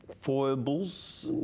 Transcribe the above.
Foibles